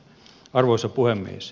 arvoisa puhemies